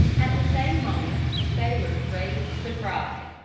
at the same moment the sailors raised the cry,